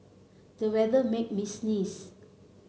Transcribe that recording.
the weather made me sneeze